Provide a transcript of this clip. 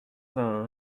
vingt